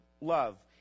love